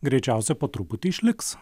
greičiausia po truputį išliks